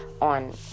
on